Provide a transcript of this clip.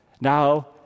now